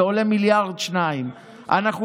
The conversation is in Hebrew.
זה עולה 1 2 מיליארד, זה נוסח אצלו בלשכה.